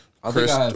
Chris